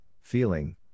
feeling